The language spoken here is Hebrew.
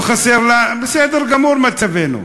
לא חסר, בסדר גמור מצבנו,